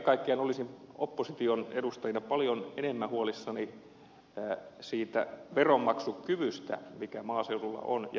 kaiken kaikkiaan olisin opposition edustajina paljon enemmän huolissani siitä veronmaksukyvystä mikä maaseudulla on ja maaseudun yrittäjillä on